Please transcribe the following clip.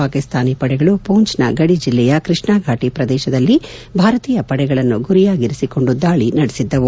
ಪಾಕಿಸ್ತಾನಿ ಪಡೆಗಳು ಪೂಂಚ್ನ ಗಡಿ ಜಿಲ್ಲೆಯ ಕೃಷ್ಣಾಘಾಟಿ ಪ್ರದೇಶದಲ್ಲಿ ಭಾರತೀಯ ಪಡೆಗಳನ್ನು ಗುರಿಯಾಗಿರಿಸಿಕೊಂಡು ದಾಳಿ ನಡೆಸಿದ್ದವು